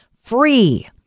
free